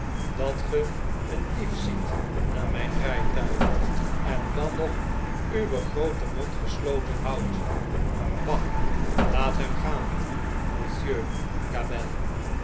kon brengen datgeeen dief ziet aan mijn rijtuig en dan nog uw grooten mond gesloten houdt bah laat hem gaan monsieur